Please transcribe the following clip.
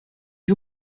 you